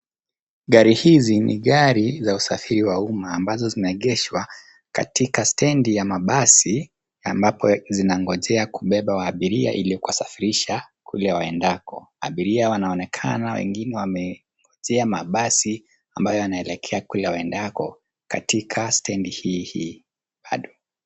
Gari hizi ni gari za usafiri wa uma ambazo zinaegeshwa katika stegi ya mabasi ambapo zinangojea kubeba abiria ili kuwasafirisha kule waendako. Abiria wanaonekana wengine wamegonjea mabasi ambayo yanaelekea kule waendako katika stegi hiihii bado.